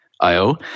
IO